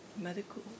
medical